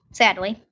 sadly